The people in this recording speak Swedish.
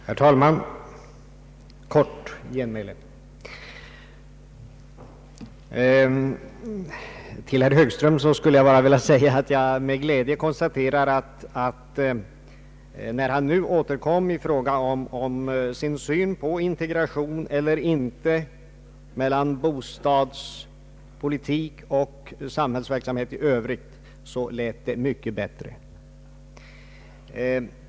Herr talman! Kort genmäle! Till herr Högström skulle jag bara vilja säga att jag med glädje konstaterar att när han nu återkom i fråga om sin syn på integration eller inte mellan bostadspolitik och samhällsverksamhet i övrigt, så lät det mycket bättre.